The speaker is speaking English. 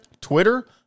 Twitter